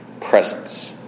presence